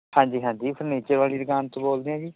ਹਾਂਜੀ ਹਾਂਜੀ ਫਰਨੀਚਰ ਵਾਲੀ ਦੁਕਾਨ ਤੋਂ ਬੋਲਦੇ ਆਂ ਜੀ